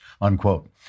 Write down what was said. unquote